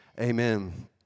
amen